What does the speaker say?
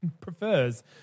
prefers